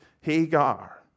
Hagar